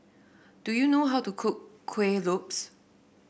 do you know how to cook Kuih Lopes